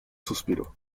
suspiro